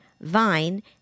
Vine